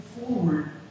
forward